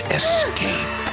escape